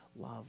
love